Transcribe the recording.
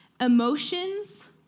emotions